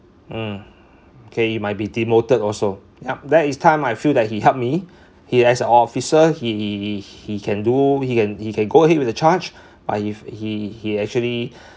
hmm okay you might be demoted also yeah that is time I feel that he helped me he as officer he he he can do he can he can go ahead with the charge but if he he actually